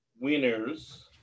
winners